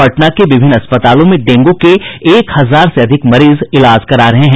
पटना के विभिन्न अस्पतालों में डेंगू के एक हजार से अधिक मरीज इलाज करा रहे हैं